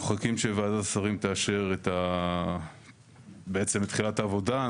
אנחנו מחכים שוועדת השרים תאשר בעצם את תחילת העבודה.